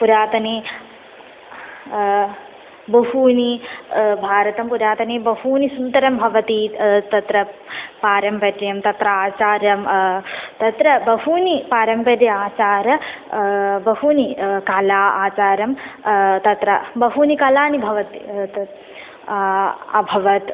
पुरातने बहु भारतं पुरातने बहु सुन्दरं भवति तत्र पारम्पर्यं तत्र आचार्यं तत्र बह्व्यः पारम्पर्य आचाराः बह्व्यः कलाः आचारं तत्र बह्व्यः कलाः भवन्ति तत् अभवत्